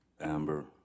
Amber